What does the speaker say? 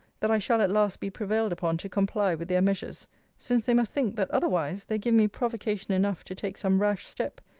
that i shall at last be prevailed upon to comply with their measures since they must think, that, otherwise, they give me provocation enough to take some rash step,